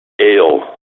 ale